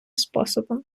способом